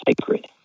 sacred